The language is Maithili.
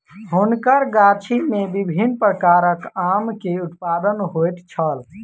हुनकर गाछी में विभिन्न प्रकारक आम के उत्पादन होइत छल